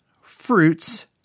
fruits